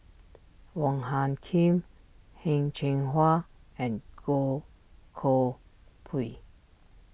Wong Hung Khim Heng Cheng Hwa and Goh Koh Pui